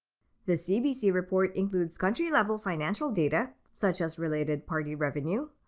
the cbc report includes country-level financial data such as related party revenue,